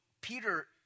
Peter